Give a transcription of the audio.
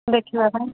ଦେଖିବା ପାଇଁ